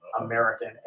American